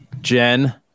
Jen